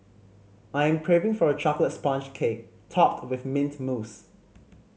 I am craving for a chocolate sponge cake topped with mint mousse